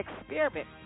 experiment